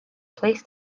place